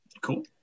cool